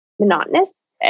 monotonous